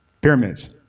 pyramids